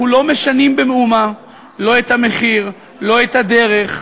אנחנו לא משנים במאומה לא את המחיר, לא את הדרך,